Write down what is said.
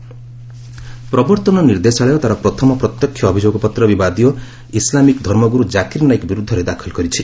ED Naik ପ୍ରବର୍ତ୍ତନ ନିର୍ଦ୍ଦେଶାଳୟ ତାର ପ୍ରଥମ ପ୍ରତ୍ୟକ୍ଷ ଅଭିଯୋଗପତ୍ର ବିବାଦୀୟ ଇସଲାମିକ୍ ଧର୍ମଗୁରୁ ଜାକିର୍ ନାଇକ୍ ବିରୁଦ୍ଧରେ ଦାଖଲ କରିଛି